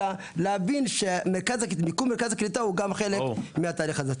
אלא להבין שמיקום מרכז הקליטה הוא גם חלק מהתהליך הזה.